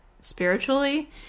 spiritually